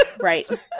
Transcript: Right